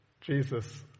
jesus